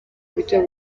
buryo